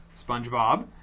SpongeBob